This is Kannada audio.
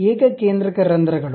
ಏಕಕೇಂದ್ರಕ ರಂಧ್ರಗಳು